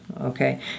Okay